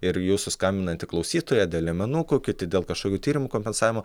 ir jūsų skambinanti klausytoja dėl liemenukų kiti dėl kažkokių tyrimų kompensavimo